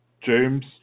James